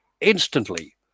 instantly